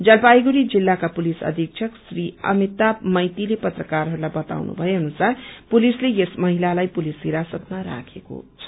जलपाइगढ़ी जिल्लाका पुलिस अयिक्षक श्री अमिताव मैतीले पत्रकारहरूलाई बताउनु भए अनुसार पुलिसले यस महिलालाई पुलिस हिरासतमा राखेको छ